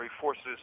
forces